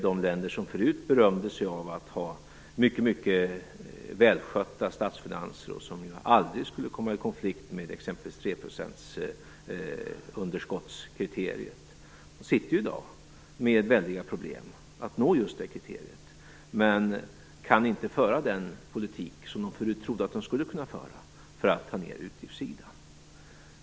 De länder som förut berömde sig av att ha mycket välskötta statsfinanser och som aldrig skulle komma i konflikt med t.ex. kriteriet om ett underskott på tre procent sitter ju i dag med väldiga problem att nå just det kriteriet. De kan inte föra den politik som de förut trodde att de skulle kunna föra för att ta ned utgiftssidan.